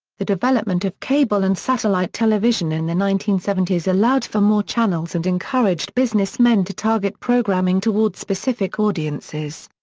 the development of cable and satellite television in the nineteen seventy s allowed for more channels and encouraged businessmen to target programming toward specific audiences.